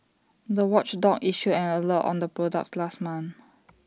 the watchdog issued an alert on the products last month